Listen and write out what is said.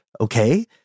Okay